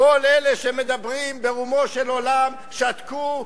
כל אלה שמדברים ברומו של עולם שתקו,